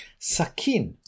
Sakin